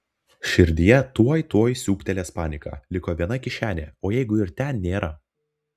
širdyje tuoj tuoj siūbtelės panika liko viena kišenė o jeigu ir ten nėra